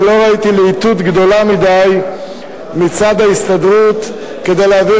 אני לא ראיתי להיטות גדולה מדי מצד ההסתדרות להעביר